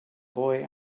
boy